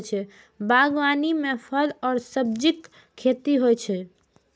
बागवानी मे फल आ सब्जीक खेती होइ छै